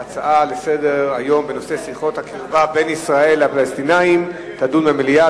הנושא שיחות הקרבה בין ישראל לפלסטינים יידון במליאה.